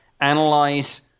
analyze